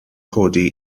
codi